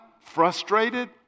frustrated